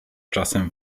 czasem